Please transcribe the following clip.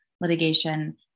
litigation